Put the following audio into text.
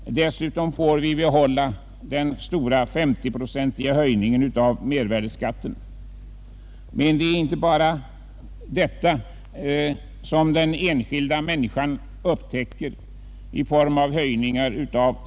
Dessutom får vi behålla den 50-procentiga höjningen av mervärdeskatten. Men det är inte bara dessa skattehöjningar som den enskilda människan drabbas av.